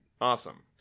Awesome